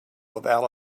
without